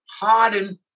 hardened